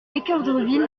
équeurdreville